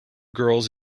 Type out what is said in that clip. girls